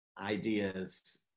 ideas